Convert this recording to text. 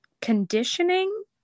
conditioning